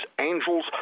angels